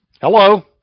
Hello